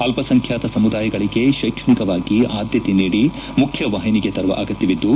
ಅಲ್ಲಸಂಖ್ಯಾತ ಸಮುದಾಯಗಳಿಗೆ ಶೈಕ್ಷಣಿಕವಾಗಿ ಆದ್ಯತೆ ನೀಡಿ ಮುಖ್ಯವಾಹಿನಿಗೆ ತರುವ ಅಗತ್ಯವಿದ್ದು